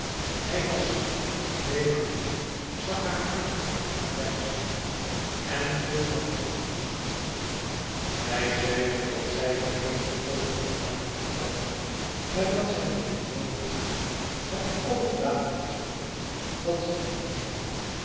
hij las tweemaal zag haar aan verbijsterd en vroeg wat zij doen zoû zij zeide dat zij er reeds over na had gedacht maar dat zij nog alleen maar wist het allerdadelijkste dat zij doen zoû